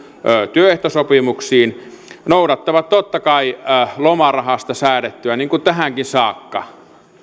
työehtosopimuksiin noudattavat totta kai lomarahasta säädetty niin kuin tähänkin saakka